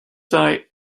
i—i